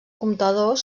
comptador